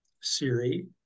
Siri